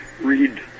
read